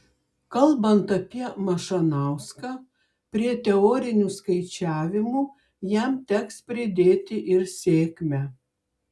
kalbant apie mašanauską prie teorinių skaičiavimų jam teks pridėti ir sėkmę